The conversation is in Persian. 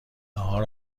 ناهار